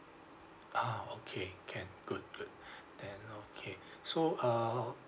ah okay can good good then okay so err